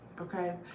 okay